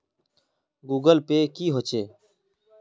Google pay की होचे?